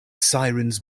sirens